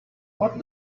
what